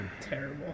Terrible